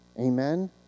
Amen